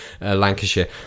Lancashire